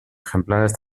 ejemplares